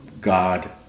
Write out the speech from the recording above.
God